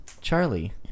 Charlie